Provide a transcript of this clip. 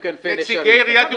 עם לוח זמנים.